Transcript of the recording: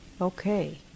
Okay